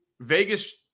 Vegas